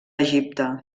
egipte